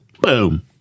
Boom